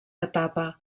etapa